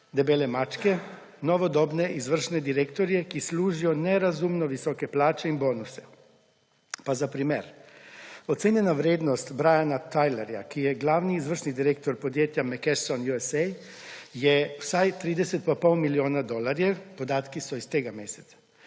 debele mačke – novodobne izvršne direktorje, ki služijo nerazumno visoke plače in bonuse. Pa za primer. Ocenjena vrednost Briana Tylerja, ki je glavno izvršni direktor podjetja McKarsson USA, je vsaj 30 pa pol milijona dolarjev – podatki so iz tega meseca.